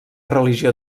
religió